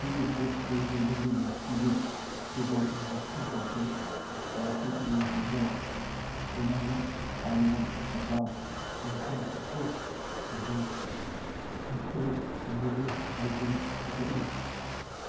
ꯑꯩꯒꯤ ꯄꯣꯠꯆꯩ ꯂꯩꯕꯒꯤ ꯂꯤꯁꯇꯒꯤ ꯀꯨꯕꯔ ꯏꯟꯗꯁꯇ꯭ꯔꯤ ꯁꯥꯔꯀꯜ ꯄ꯭ꯂꯥꯁꯇꯤꯛ ꯔꯤꯡ ꯍꯦꯡꯒꯔ ꯄꯨꯔꯅꯥꯃꯠ ꯑꯥꯜꯃꯣꯟ ꯑꯇꯥ ꯑꯃꯁꯨꯡ glucose D instant energy health drink ꯀꯛꯈꯠꯂꯨ